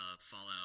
Fallout